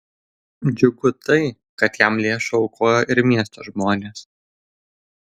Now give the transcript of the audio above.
džiugu tai kad jam lėšų aukojo ir miesto žmonės